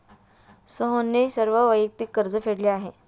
सोहनने सर्व वैयक्तिक कर्ज फेडले आहे